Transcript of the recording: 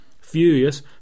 Furious